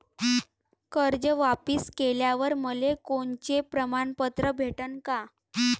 कर्ज वापिस केल्यावर मले कोनचे प्रमाणपत्र भेटन का?